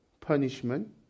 punishment